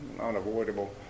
unavoidable